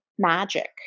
magic